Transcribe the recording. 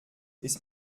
ist